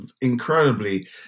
incredibly